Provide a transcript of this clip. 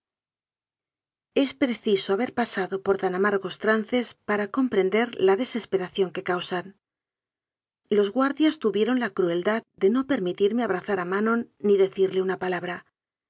es preciso haber pasado por tan amargos tran ces para comprender la desesperación que causan los guardias tuvieron la crueldad de no permitir me abrazar a manon ni decirle una palabra